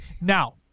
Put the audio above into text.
Now